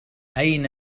أين